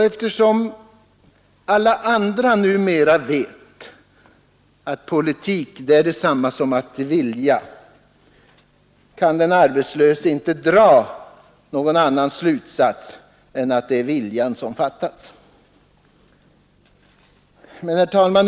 Eftersom alla numera vet att politik är detsamma som att vilja, kan den arbetslöse inte dra annan slutsats än att det är vilja som fattats.